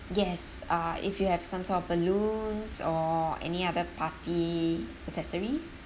yes uh if you have some sort of balloons or any other party accessories